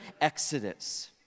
exodus